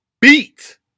beat